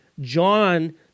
John